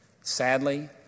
Sadly